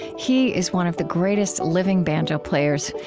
he is one of the greatest living banjo players.